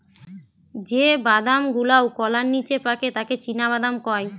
যে বাদাম গুলাওকলার নিচে পাকে তাকে চীনাবাদাম কয়